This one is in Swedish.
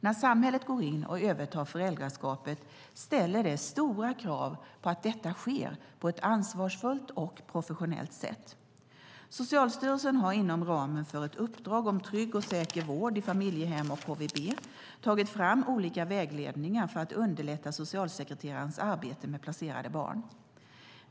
När samhället går in och övertar föräldraskapet ställer det stora krav på att detta sker på ett ansvarfullt och professionellt sätt. Socialstyrelsen har inom ramen för ett uppdrag om trygg och säker vård i familjehem och HVB tagit fram olika vägledningar för att underlätta socialsekreterarnas arbete med placerade barn.